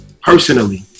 Personally